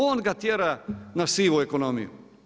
On ga tjera na sivu ekonomiju.